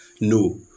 no